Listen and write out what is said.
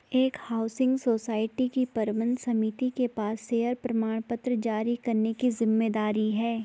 एक housing society की प्रबंध समिति के पास शेयर प्रमाणपत्र जारी करने की जिम्मेदारी है